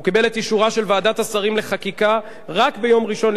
הוא קיבל את אישורה של ועדת השרים לחקיקה רק ביום ראשון,